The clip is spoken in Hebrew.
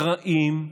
רעים,